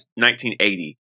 1980